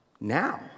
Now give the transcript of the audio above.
now